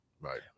Right